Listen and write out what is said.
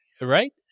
Right